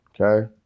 okay